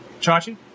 Chachi